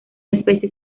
especie